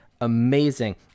Amazing